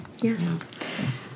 Yes